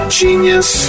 genius